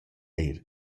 eir